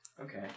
Okay